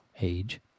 age